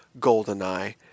GoldenEye